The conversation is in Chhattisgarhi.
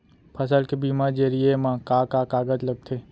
फसल के बीमा जरिए मा का का कागज लगथे?